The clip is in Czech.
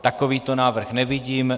Takovýto návrh nevidím.